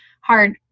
hard